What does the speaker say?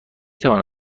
توانم